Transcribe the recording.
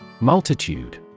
Multitude